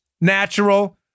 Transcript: natural